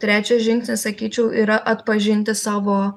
trečias žingsnis sakyčiau yra atpažinti savo